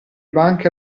banche